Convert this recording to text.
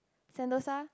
Sentosa